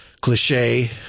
cliche